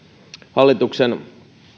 hallituksen